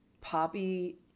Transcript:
Poppy